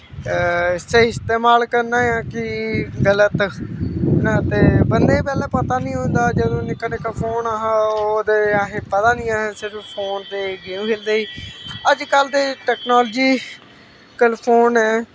स्हेई इस्तेमाल करना जां कि गलत हैना ते बंदे पैह्लैं पता नी होंदा जदूं निक्का निक्का फोन हा ओह् ते असें पता नी ऐ हा सिर्फ फोन ते गेम खेलदे हे अज्जकल ते टैकनालजीकल फोन न